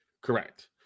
correct